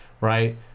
right